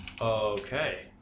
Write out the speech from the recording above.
Okay